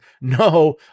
no